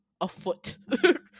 afoot